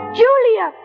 julia